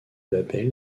label